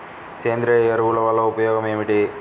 సేంద్రీయ ఎరువుల వల్ల ఉపయోగమేమిటీ?